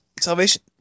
Salvation